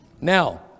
Now